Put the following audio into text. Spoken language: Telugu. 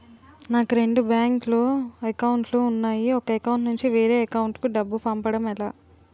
నాకు రెండు బ్యాంక్ లో లో అకౌంట్ లు ఉన్నాయి ఒక అకౌంట్ నుంచి వేరే అకౌంట్ కు డబ్బు పంపడం ఎలా?